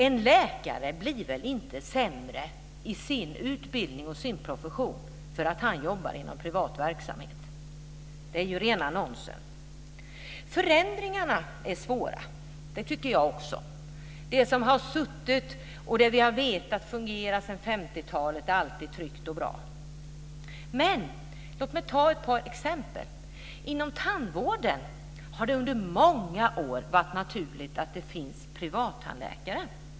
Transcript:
En läkare blir väl inte sämre vad gäller utbildning och i sin profession för att han jobbar inom privat verksamhet? Det är ju rent nonsens. Förändringarna är svåra. Det tycker jag också. Det vi vet har fungerat sedan 50-talet är alltid tryggt och bra. Men låt mig ta ett par exempel. Inom tandvården har det under många år varit naturligt att det finns privattandläkare.